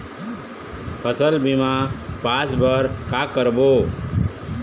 फसल बीमा पास बर का करबो?